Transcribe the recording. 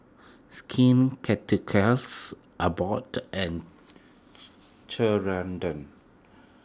Skin Ceuticals Abbott and Ceradan